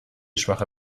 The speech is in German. schwache